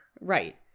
Right